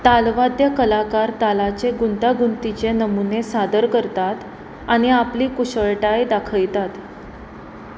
तालवाद्य कलाकार तालाचे गुंतागुंतीचे नमुने सादर करतात आनी आपली कुशळटाय दाखयतात